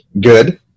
good